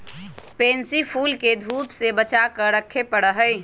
pansy फूल के धूप से बचा कर रखे पड़ा हई